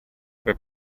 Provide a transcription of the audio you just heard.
per